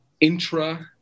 intra